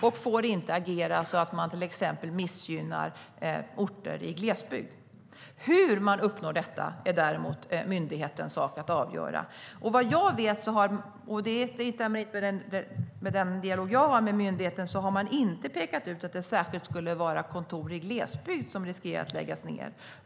Man får inte agera så att man till exempel missgynnar orter i glesbygd. Hur detta ska uppnås är däremot myndighetens sak att avgöra. I den dialog jag har med myndigheten har man inte pekat ut att det är kontor i glesbygd som löper risk att läggas ned.